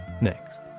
next